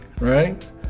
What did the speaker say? right